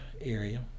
area